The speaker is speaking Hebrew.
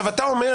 אתה אומר